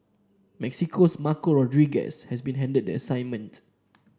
Mexico's Marco Rodriguez has been handed the assignment